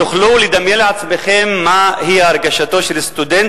תוכלו לדמיין לעצמכם מהי הרגשתו של סטודנט,